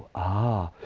ah!